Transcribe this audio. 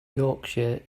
yorkshire